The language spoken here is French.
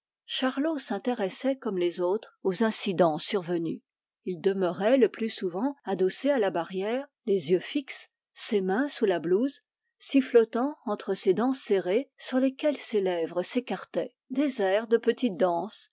charlot s'intéressait comme les autres aux incidents survenus il demeurait le plus souvent adossé à la barrière les yeux fixes ses mains sous la blouse sifflottant entre ses dents serrées sur lesquelles ses lèvres s'écartaient des airs de petites danses